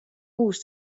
hús